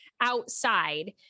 outside